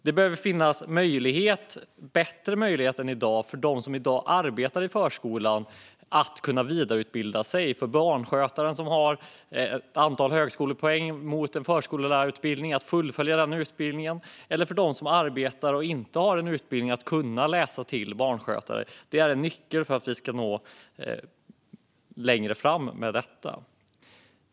Det behöver finnas bättre möjligheter än i dag för dem som arbetar i förskolan att kunna vidareutbilda sig. Det gäller barnskötaren som har ett antal högskolepoäng på en förskollärarutbildning att fullfölja den. Det gäller även dem som arbetar men inte har någon utbildning att kunna läsa till barnskötare. Det är en nyckel för att vi ska nå längre fram på området.